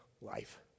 life